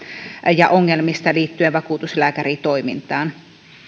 ja ongelmista liittyen vakuutuslääkäritoimintaan